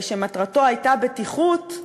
שמטרתו הייתה בטיחות,